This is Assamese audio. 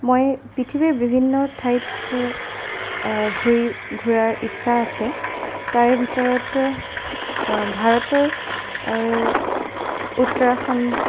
মই পৃথিৱীৰ বিভিন্ন ঠাইত ঘূৰি ঘূৰাৰ ইচ্ছা আছে তাৰে ভিতৰত ভাৰতৰ উত্তৰাখণ্ড